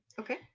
Okay